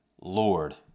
Lord